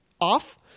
off